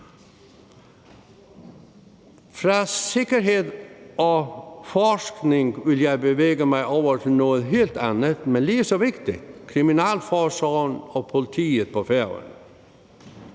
Fra sikkerhed og forskning vil jeg bevæge mig over til noget helt andet, men lige så vigtigt, nemlig kriminalforsorgen og politiet på Færøerne.